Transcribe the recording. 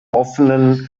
offenen